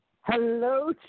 Hello